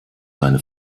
seine